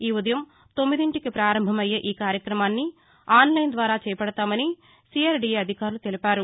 ఈ ఉదయం తొమ్మిదింటికి ప్రారంభమయ్యే ఈ కార్యక్రమాన్ని ఆన్లైన్ ద్వారా చేపడతామని సీఆర్ డీఏ అధికారులు తెలిపారు